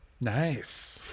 Nice